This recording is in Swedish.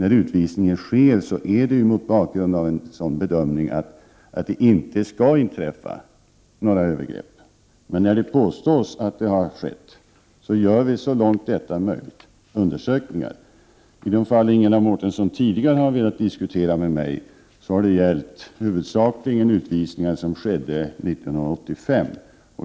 En utvisning sker ju mot bakgrund av bedömningen att det inte skall inträffa några övergrepp, men när det påstås att så skett gör vi så långt det är möjligt undersökningar. I de fall som Ingela Mårtensson tidigare har velat diskutera med mig har det huvudsakligen gällt utvisningar som skett 1985.